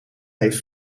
heeft